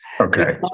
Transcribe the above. Okay